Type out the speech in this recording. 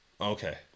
Okay